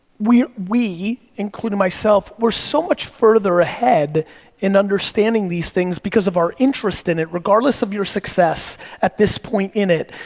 we, including myself, we're so much further ahead in understanding these things because of our interest in it, regardless of your success at this point in it.